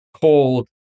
cold